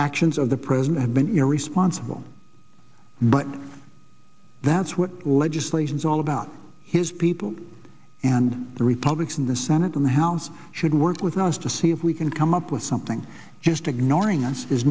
actions of the present have been irresponsible but that's what legislation is all about his people and the republics in the senate in the house should work with us to see if we can come up with something just ignoring us